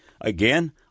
Again